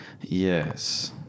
Yes